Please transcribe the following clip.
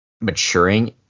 maturing